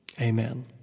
Amen